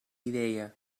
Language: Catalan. idea